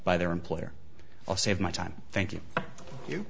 by their employer i'll save my time thank you